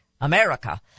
America